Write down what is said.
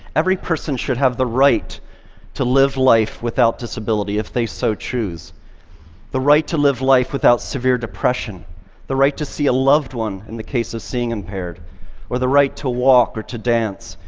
every person should have the right to live life without disability if they so choose the right to live life without severe depression the right to see a loved one, in the case of seeing-impaired or the right to walk or to dance,